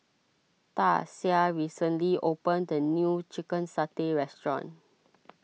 Dasia recently opened a new Chicken Satay restaurant